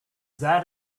that